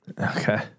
Okay